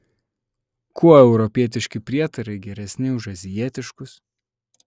kuo europietiški prietarai geresni už azijietiškus